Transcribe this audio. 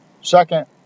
Second